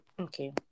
okay